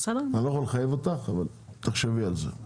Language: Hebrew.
אני לא יכול לחייב אותך אבל תחשבי על זה.